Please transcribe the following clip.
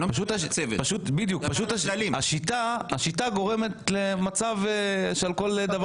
פשוט השיטה גורמת למצב כזה שעל כול דבר